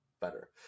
better